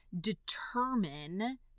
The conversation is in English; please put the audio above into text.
determine